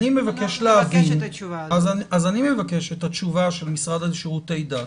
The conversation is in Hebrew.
אני מבקש את התשובה של המשרד לשירותי דת,